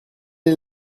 est